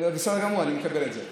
בסדר גמור, אני מקבל את זה.